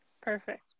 Perfect